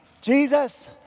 Jesus